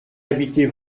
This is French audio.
habitez